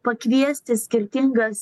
pakviesti skirtingas